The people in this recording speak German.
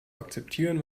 akzeptieren